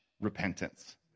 repentance